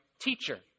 Teacher